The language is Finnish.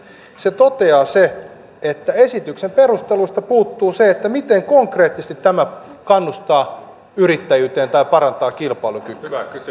se toteaa että esityksen perusteluista puuttuu se miten konkreettisesti tämä kannustaa yrittäjyyteen tai parantaa kilpailukykyä